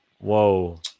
Whoa